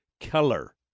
color